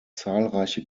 zahlreiche